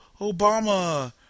Obama